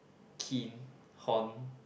keen horn